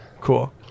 Cool